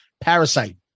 Parasite